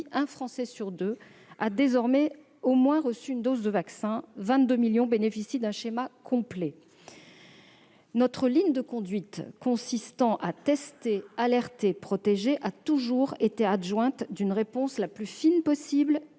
un Français sur deux a désormais au moins reçu une dose de vaccin et 22 millions de Français bénéficient d'un schéma complet. Notre ligne de conduite consistant à « tester, alerter, protéger » a toujours été accompagnée de la réponse la plus fine possible